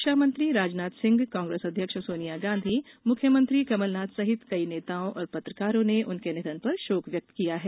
रक्षा मंत्री राजनाथ सिंह कांग्रेस अध्यक्ष सोनिया गांधी मुख्यमंत्री कमलनाथ सहित कई नेताओं और पत्रकारों ने उनके निधन पर शोक व्यक्त किया है